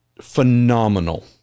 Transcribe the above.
phenomenal